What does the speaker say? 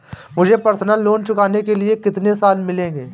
मुझे personal loan चुकाने के लिए कितने साल मिलेंगे?